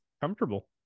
comfortable